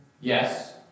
Yes